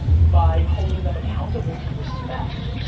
by holding them accountable to respect,